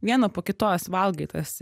vieną po kitos valgai tas